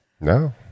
No